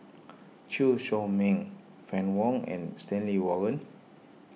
Chew Chor Meng Fann Wong and Stanley Warren